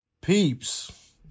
Peeps